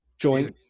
Joint